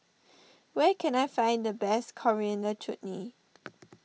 where can I find the best Coriander Chutney